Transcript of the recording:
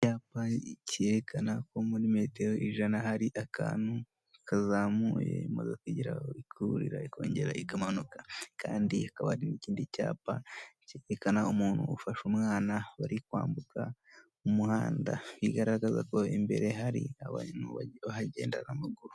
Icyapa cyerekana ko muri metero ijana hari akantu kazamuye imodoka igeraho ikurira ikongera ikamanuka kandi ikaba hari n'ikindi cyapa cyerekana umuntu ufasha umwana bari kwambuka umuhanda bigaragaza ko imbere hari abantu bahagendera amaguru.